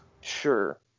Sure